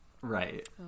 Right